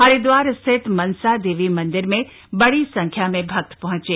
हरिद्वार स्थित मनसा देवी मंदिर में बड़ी संख्या में भक्त पहंचे